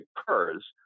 occurs